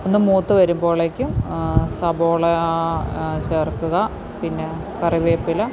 ഒന്ന് മൂത്ത് വരുമ്പോഴേക്കും സബോള ആ ചേർക്കുക പിന്നെ കറിവേപ്പില